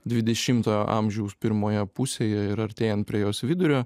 dvidešimtojo amžiaus pirmoje pusėje ir artėjant prie jos vidurio